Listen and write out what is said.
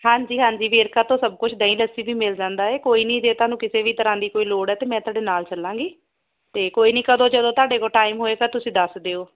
ਹਾਂਜੀ ਹਾਂਜੀ ਵੇਰਕਾ ਤੋਂ ਸਭ ਕੁਝ ਦਹੀਂ ਲੱਸੀ ਵੀ ਮਿਲ ਜਾਂਦਾ ਹੈ ਕੋਈ ਨੀ ਜੇ ਤੁਹਾਨੂੰ ਕਿਸੇ ਵੀ ਤਰ੍ਹਾਂ ਦੀ ਕੋਈ ਲੋੜ ਹੈ ਅਤੇ ਮੈਂ ਤੁਹਾਡੇ ਨਾਲ਼ ਚੱਲਾਂਗੀ ਅਤੇ ਕੋਈ ਨੀ ਕਦੋਂ ਜਦੋਂ ਤੁਹਾਡੇ ਕੋਲ਼ ਟਾਈਮ ਹੋਏ ਤਾਂ ਤੁਸੀਂ ਦੱਸ ਦਿਓ